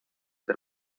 del